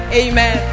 amen